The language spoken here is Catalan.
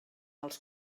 els